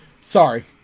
Sorry